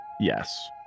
Yes